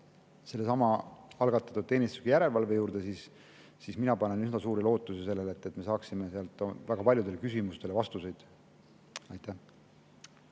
selle algatatud teenistusliku järelevalve juurde, mina panen üsna suuri lootusi sellele, et me saame sealt väga paljudele küsimustele vastused. Aitäh